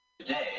today